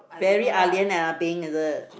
very ah lian and ah beng is it